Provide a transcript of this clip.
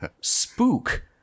Spook